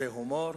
זה הומור?